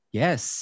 yes